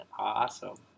Awesome